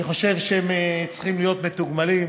אני חושב שהם צריכים להיות מתוגמלים,